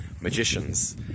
magicians